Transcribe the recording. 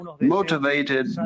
motivated